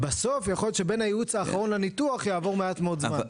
ובסוף יכול להיות שבין הייעוץ האחרון לניתוח יעבור מעט מאוד זמן.